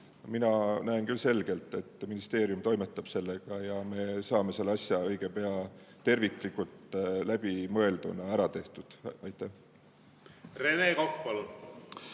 mina näen küll selgelt, et ministeerium toimetab sellega ja et me saame selle asja õige pea terviklikult läbimõelduna ära tehtud. Aitäh küsimuse